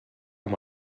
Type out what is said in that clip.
amb